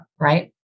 right